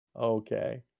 Okay